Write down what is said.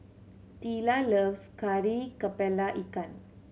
Teela loves Kari Kepala Ikan